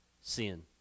sin